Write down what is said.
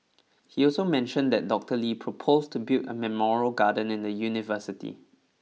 he also mentioned that Doctor Lee proposed to build a memorial garden in the university